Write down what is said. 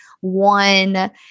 one